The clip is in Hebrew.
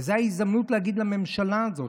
וזו ההזדמנות להגיד לממשלה הזאת: